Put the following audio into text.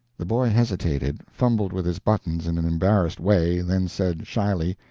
the boy hesitated, fumbled with his buttons in an embarrassed way, then said, shyly,